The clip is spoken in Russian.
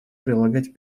прилагать